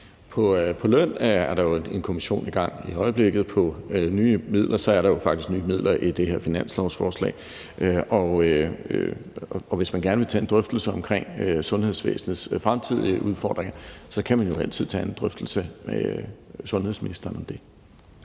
På lønområdet er der jo en kommission i gang i øjeblikket, og med hensyn til det med nye midler er der jo faktisk nye midler i det her finanslovsforslag. Og hvis man gerne vil tage en drøftelse omkring sundhedsvæsenets fremtidige udfordringer, kan man altid tage en drøftelse med sundhedsministeren om det.